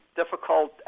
difficult